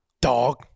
Dog